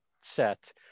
set